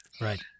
right